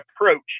approach